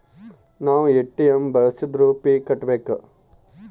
ನಾವ್ ಎ.ಟಿ.ಎಂ ಬಳ್ಸಿದ್ರು ಫೀ ಕಟ್ಬೇಕು